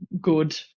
good